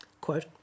quote